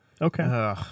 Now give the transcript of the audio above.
Okay